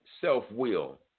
Self-will